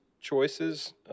choices